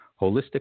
holistic